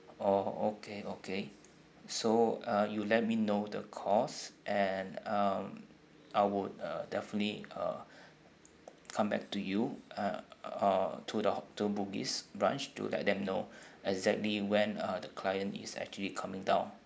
oh okay okay so uh you let me know the cost and um I would uh definitely uh come back to you uh uh to the to bugis branch to let them know exactly when uh the client is actually coming down